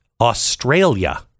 Australia